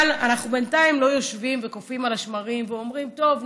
אבל אנחנו בינתיים לא יושבים וקופאים על השמרים ואומרים: טוב,